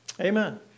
Amen